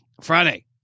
Friday